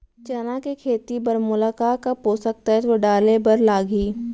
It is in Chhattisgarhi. चना के खेती बर मोला का का पोसक तत्व डाले बर लागही?